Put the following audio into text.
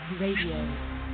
Radio